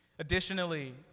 Additionally